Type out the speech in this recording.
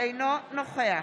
אינו נוכח